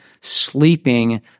sleeping